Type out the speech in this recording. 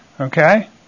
Okay